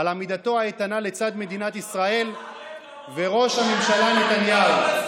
על עמידתו האיתנה לצד מדינת ישראל וראש הממשלה נתניהו,